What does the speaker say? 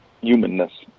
humanness